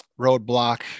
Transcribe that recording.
Roadblock